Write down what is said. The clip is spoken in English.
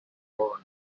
born